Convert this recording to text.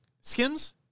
skins